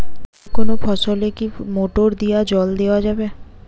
যেকোনো ফসলে কি মোটর দিয়া জল দেওয়া যাবে?